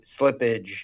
slippage